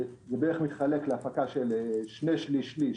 בערך זה מתחלק להפקה של שני-שליש ושליש.